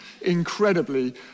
incredibly